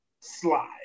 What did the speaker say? slide